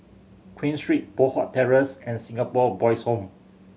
Queen Street Poh Huat Terrace and Singapore Boys' Home